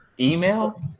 Email